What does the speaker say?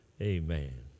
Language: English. Amen